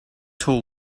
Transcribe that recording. simple